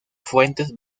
fuentes